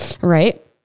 right